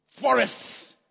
forests